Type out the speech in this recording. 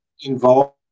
involved